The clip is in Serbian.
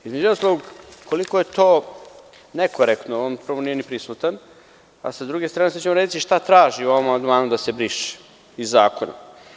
Između ostalog, koliko je to nekorektno, on prvo nije ni prisutan, a sa druge strane, sada ću vam reći šta traži u ovom amandmanu da se briše iz zakona.